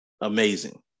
amazing